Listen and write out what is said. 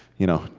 you know,